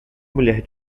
mulher